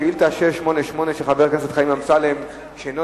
שאילתא 688, של חבר הכנסת חיים אמסלם, שאינו